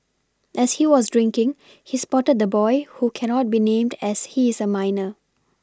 as he was drinking he spotted the boy who cannot be named as he is a minor